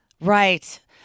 Right